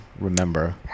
remember